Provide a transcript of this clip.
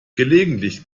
gelegentlich